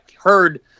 heard